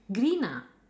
green ah